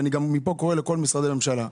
אני גם מפה קורא לכל משרדי הממשלה,